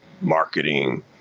marketing